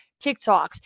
TikToks